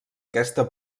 aquesta